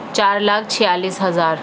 چار لاکھ چھیالیس ہزار